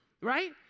right